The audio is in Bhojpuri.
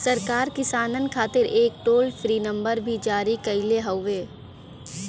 सरकार किसानन खातिर एक टोल फ्री नंबर भी जारी कईले हउवे